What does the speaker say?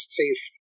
safe